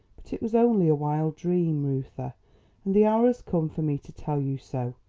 but it was only a wild dream, reuther and the hour has come for me to tell you so.